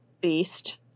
beast